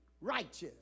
righteous